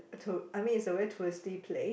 tour I mean it's a very touristy place